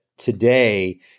today